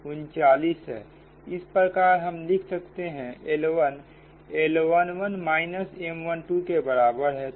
इस प्रकार हम लिख सकते हैं L1L11 माइनस M12के बराबर है